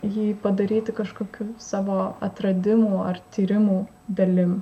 jį padaryti kažkokių savo atradimų ar tyrimų dalim